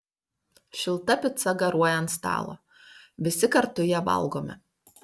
šilta pica garuoja ant stalo visi kartu ją valgome